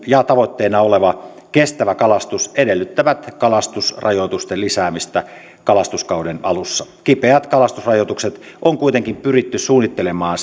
ja tavoitteena oleva kestävä kalastus edellyttävät kalastusrajoitusten lisäämistä kalastuskauden alussa kipeät kalastusrajoitukset on kuitenkin pyritty suunnittelemaan